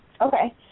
Okay